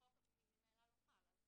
החוק ממילא לא חל.